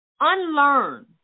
unlearn